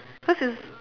because it's